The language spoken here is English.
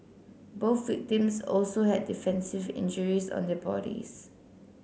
both victims also had defensive injuries on their bodies